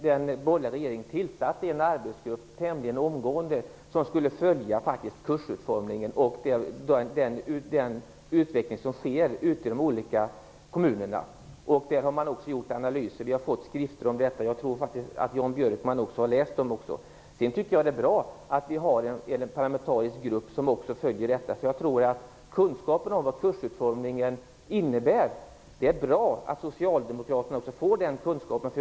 Den borgerliga regeringen tillsatte faktiskt en arbetsgrupp tämligen omgående som skulle följa kursutformningen och den utveckling som sker ute i kommunerna. Man har också gjort analyser. Vi har fått skrifter om detta, och jag tror att Jan Björkman också har läst dem. Sedan är det bra, tycker jag, att vi har fått en parlamentarisk grupp som också följer detta. Det är bra att även Socialdemokraterna får kunskap om vad kursutformning innebär.